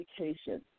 education